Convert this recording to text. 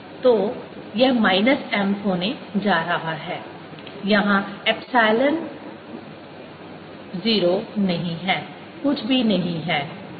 तो यह minus m होने जा रहा है यहां एप्सिलॉन 0 नहीं है कुछ भी नहीं है